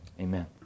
amen